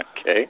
Okay